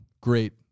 great